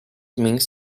means